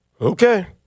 Okay